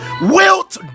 Wilt